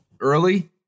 early